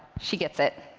she gets it.